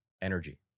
energy